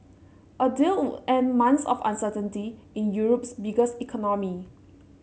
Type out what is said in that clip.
a deal would end months of uncertainty in Europe's biggest economy